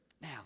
Now